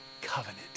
covenant